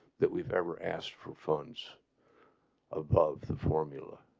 that we've ever asked for funds above the formula